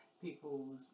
people's